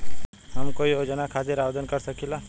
हम कोई योजना खातिर आवेदन कर सकीला?